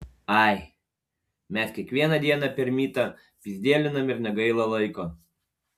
ai mes kiekvieną dieną per mytą pyzdėlinam ir negaila laiko